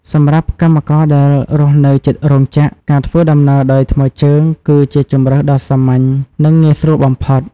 សម្រាប់កម្មករដែលរស់នៅជិតរោងចក្រ ការធ្វើដំណើរដោយថ្មើរជើងគឺជាជម្រើសដ៏សាមញ្ញនិងងាយស្រួលបំផុត។